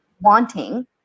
wanting